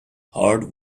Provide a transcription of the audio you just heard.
hard